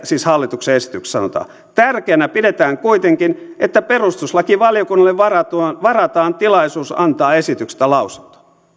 siis hallituksen esityksessä sanotaan tärkeänä pidetään kuitenkin että perustuslakivaliokunnalle varataan varataan tilaisuus antaa esityksestä lausunto